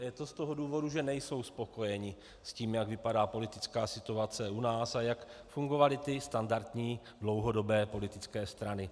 Je to z toho důvodu, že nejsou spokojeni s tím, jak vypadá politická situace u nás a jak fungovaly ty standardní dlouhodobé politické strany.